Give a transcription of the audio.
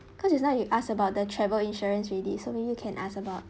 because just now you ask about the travel insurance already so maybe you can ask about